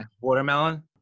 watermelon